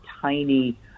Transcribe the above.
tiny